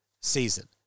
season